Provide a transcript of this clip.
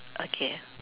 okay